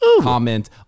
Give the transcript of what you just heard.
Comment